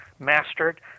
mastered